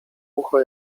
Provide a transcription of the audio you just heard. ucho